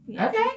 Okay